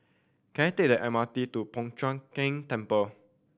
can I take the M R T to Po Chiak Keng Temple